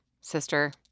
sister